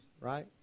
right